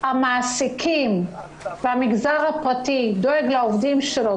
שהמעסיקים והמגזר הפרטי דואגים לעובדים שלהם,